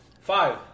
five